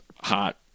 hot